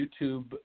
YouTube